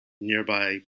nearby